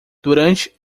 durante